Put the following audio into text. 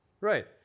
Right